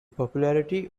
popularity